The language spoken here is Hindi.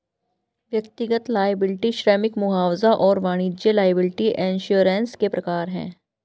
व्यक्तिगत लॉयबिलटी श्रमिक मुआवजा और वाणिज्यिक लॉयबिलटी इंश्योरेंस के प्रकार हैं